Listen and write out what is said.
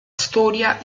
storia